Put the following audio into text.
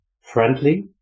friendly